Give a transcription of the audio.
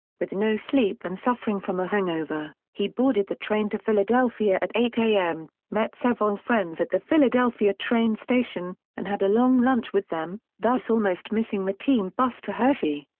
with no sleep and suffering from a hangover, he boarded the train to philadelphia at eight am, met several friends at the philadelphia train station, and had a long lunch with them, thus almost missing the team bus to hershey.